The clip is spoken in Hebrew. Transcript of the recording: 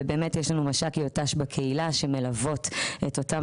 יש לנו מש"קיות ת"ש בקהילה שמלוות את אותם